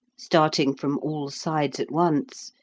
starting from all sides at once,